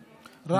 רעש.